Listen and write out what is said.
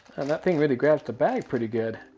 and that thing really grabs the bag pretty good.